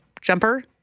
Jumper